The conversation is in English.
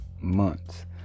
months